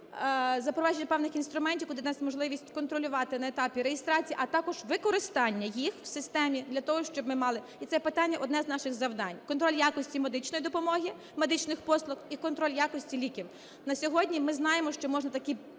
запровадження певних інструментів, що дасть можливість контролювати на етапі реєстрації, а також використання їх в системі для того, щоб ми мали… І це питання - одне з наших завдань: контроль якості медичної допомоги, медичних послуг і контроль якості ліків. На сьогодні ми знаємо, що можна такий